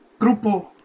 Grupo